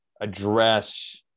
address